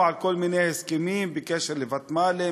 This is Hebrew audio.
על כל מיני הסכמים בקשר לוותמ"לים,